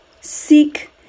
seek